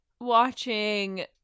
watching